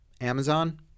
Amazon